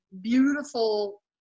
beautiful